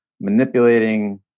manipulating